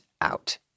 out